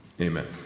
Amen